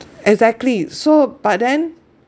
exactly so but then